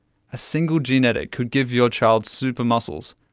a single gene edit could give your child super muscles,